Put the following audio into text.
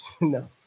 No